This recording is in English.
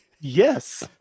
Yes